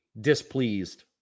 displeased